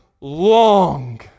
long